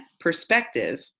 perspective